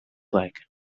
like